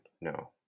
no